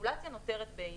הרגולציה נותרת בעינה.